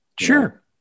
Sure